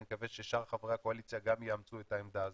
אני מקווה ששאר חברי הקואליציה גם יאמצו את העמדה הזו.